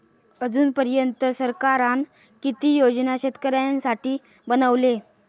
अजून पर्यंत सरकारान किती योजना शेतकऱ्यांसाठी बनवले?